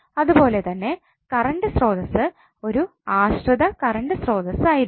അതുപോലെതന്നെ കറണ്ട് സ്രോതസ്സ് ഒരു ആശ്രിത കറണ്ട് സ്രോതസ്സ് ആയിരിക്കും